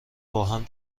باهم